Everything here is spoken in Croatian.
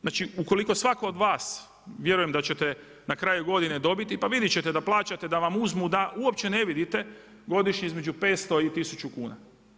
Znači ukoliko svatko od vas, vjerujem da ćete na kraju godine dobiti, pa vidjeti ćete da plaćate da vam uzmu, da uopće ne vidite godišnje između 500 i 100 kuna.